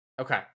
Okay